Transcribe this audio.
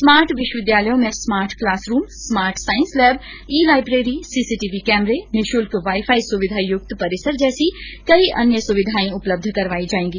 smart विश्वविद्यालयों में smart classroom smart science lab e library CCTV कैमरे निशुल्क वाईफाई सुविधा युक्त परिसर जैसी कई अन्य सुविधाएं उपलब्ध करवाई जायेंगी